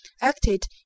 acted